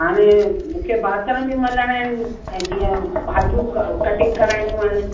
हाणे मूंखे बासण बि मलाइणा आहिनि ऐं जीअं भाॼियूं क कटिंग कराइणियूं आहिनि